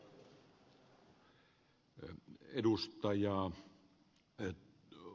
arvoisa puhemies